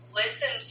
listen